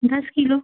दस किलो